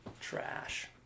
Trash